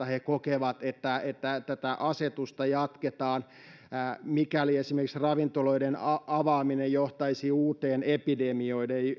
he kokevat että että tätä asetusta jatketaan siltä varalta että esimerkiksi ravintoloiden avaaminen johtaisi uuteen epidemioiden